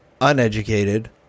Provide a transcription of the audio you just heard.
uneducated